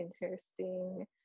interesting